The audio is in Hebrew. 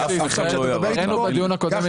הראינו בדיון הקודם,